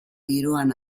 giroan